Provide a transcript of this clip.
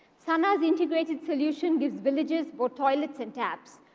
sana's integrated solution gives villagers both toilets and taps.